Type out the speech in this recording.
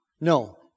No